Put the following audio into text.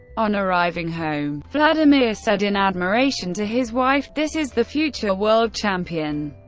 on arriving home, vladimir said in admiration to his wife this is the future world champion!